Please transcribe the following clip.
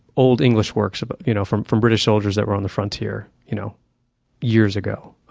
old english works but you know from from british soldiers that were on the frontier, you know years ago.